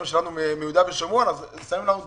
שלנו מיהודה ושומרון אז שמים לנו טיקט,